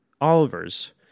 Oliver's